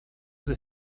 they